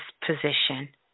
position